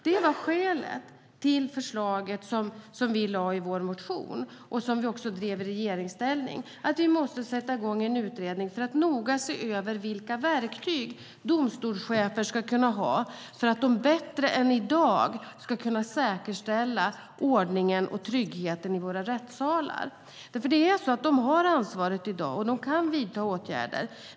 Detta var skälet till förslaget som vi lade fram i vår motion och som vi också drev i regeringsställning - att vi måste sätta igång en utredning för att noga se över vilka verktyg domstolschefer ska ha för att de bättre än i dag ska kunna säkerställa ordningen och tryggheten i våra rättssalar. De har ansvaret i dag, och de kan vidta åtgärder.